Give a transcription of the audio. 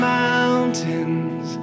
mountains